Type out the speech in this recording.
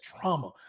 trauma